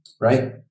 right